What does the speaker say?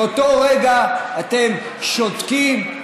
באותו רגע אתם שותקים,